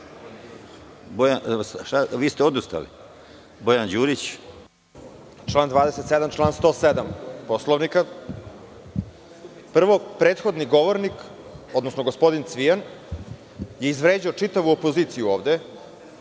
Bojan Đurić. **Bojan Đurić** Član 27, član 107. Poslovnika. Prvo prethodni govornik, odnosno gospodin Cvijan, je izvređao čitavu opoziciju ovde.